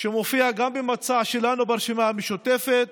שמופיע גם במצע שלנו ברשימה המשותפת,